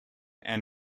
and